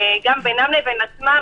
גם בינם לבין עצמם,